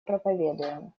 проповедуем